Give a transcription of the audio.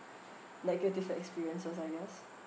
negative experiences I guess